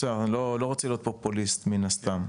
אני לא רוצה להיות פופוליסט מין הסתם,